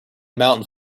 mountains